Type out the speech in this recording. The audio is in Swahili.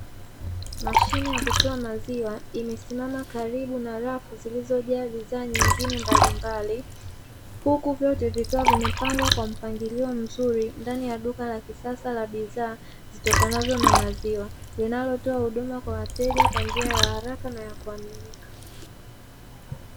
Mashine ya kutoa maziwa imesimama karibu na rafu zilizojaa bidhaa nyingine mbalimbali, huku vyote vikiwa vimepangwa kwa mpangilio mzuri ndani ya duka la kisasa la bidhaa zitokanazo na maziwa linalotoa huduma kwa wateja kwa njia ya haraka na ya kuaminika.